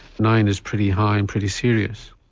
nine is pretty high and pretty serious.